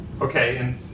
Okay